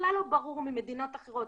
כשבכלל לא ברור ממדינות אחרות